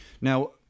Now –